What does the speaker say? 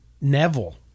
Neville